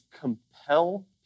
compel